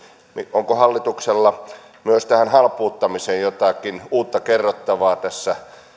onko hallituksella myös tähän halpuuttamiseen jotakin uutta kerrottavaa tässä